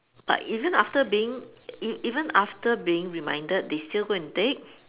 but even after being even after being reminded they still go and take